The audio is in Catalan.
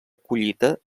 collita